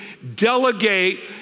Delegate